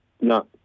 No